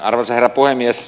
arvoisa herra puhemies